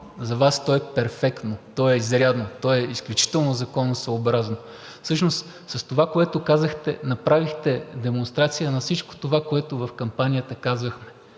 за Вас то е перфектно, то е изрядно, то е изключително законосъобразно. Всъщност, с това, което казахте, направихте демонстрация на всичко това, което в кампанията казвах,